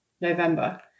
November